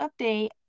update